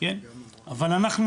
אתם צריכים